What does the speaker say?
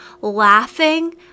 laughing